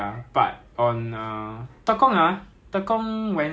就是会有 like 炸鸡那东西 fish and chip ah